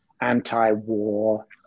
anti-war